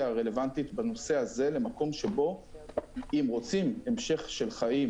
הרלוונטית בנושא הזה למקום שבו אם רוצים המשך של חיים